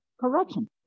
corruption